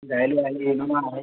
Xylo आहे Innova आहे